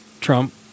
Trump